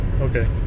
okay